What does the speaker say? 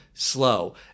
Slow